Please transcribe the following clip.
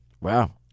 wow